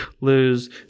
lose